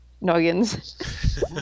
noggins